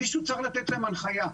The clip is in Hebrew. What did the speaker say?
מישהו צריך לתת להם הנחיה,